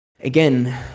Again